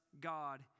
God